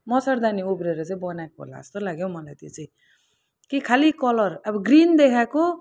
मच्छडदानी उब्रेर चाहिँ बनाएको होला जस्तो लाग्यो हो मलाई त्यो चाहिँ कि खालि कलर अब ग्रिन देखाएको